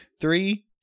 Three